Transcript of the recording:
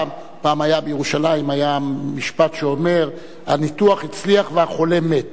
פעם היה בירושלים משפט שאומר: הניתוח הצליח והחולה מת.